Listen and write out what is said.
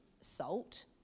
salt